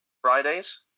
Fridays